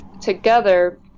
together